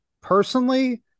personally